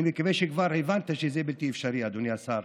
אני מקווה שכבר הבנת שזה בלתי אפשרי, אדוני השר.